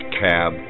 cab